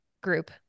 group